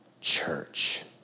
church